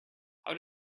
how